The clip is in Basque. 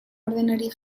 ordenari